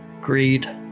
Greed